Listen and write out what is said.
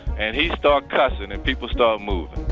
and he start cussin' and people start moving